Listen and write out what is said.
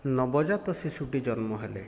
ନବଜାତ ଶିଶୁଟି ଜନ୍ମ ହେଲେ